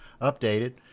updated